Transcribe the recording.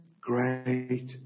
great